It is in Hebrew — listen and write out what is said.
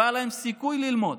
לא היה להם סיכוי ללמוד.